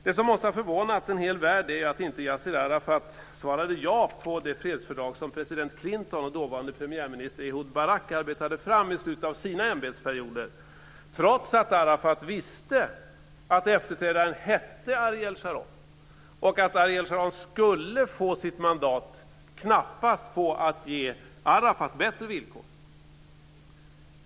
Det som måste ha förvånat en hel värld var att Yassir Arafat inte svarade ja för det fredsfördrag som president Clinton och dåvarande premiärminister Ehud Barak arbetade fram i slutet av sina ämbetsperioder, trots att Arafat visste att efterträdaren hette Ariel Sharon och att Ariel Sharon knappast skulle få sitt mandat på att ge Arafat bättre villkor.